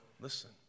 Listen